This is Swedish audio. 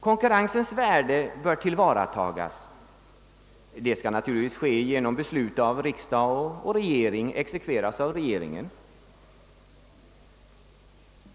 »Konkurrensens värde bör tillvaratas.» Det skall naturligtvis ske genom beslut av riksdag och regering och exekveras av regeringen.